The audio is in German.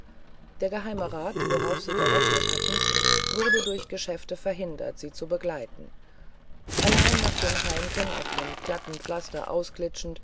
der geheimerat worauf sie gerechnet hatten wurde durch geschäfte verhindert sie zu begleiten allein nachdem heimken auf dem glatten pflaster